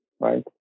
right